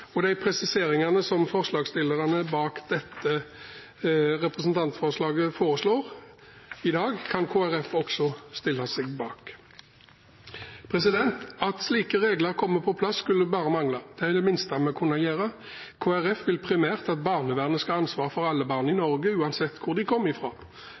og de presiseringene forslagsstillerne bak dette representantforslaget foreslår i dag, kan Kristelig Folkeparti også stille seg bak. At slike regler kommer på plass, skulle bare mangle. Det er det minste vi kunne gjøre. Kristelig Folkeparti vil primært at barnevernet skal ha ansvar for alle barn i